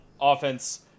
offense